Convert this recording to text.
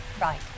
Right